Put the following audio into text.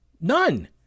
None